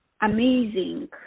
amazing